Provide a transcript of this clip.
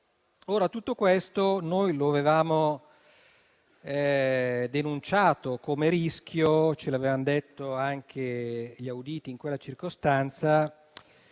Tutto questo noi lo avevamo denunciato come rischio e ce l'avevano detto anche gli auditi in quella circostanza,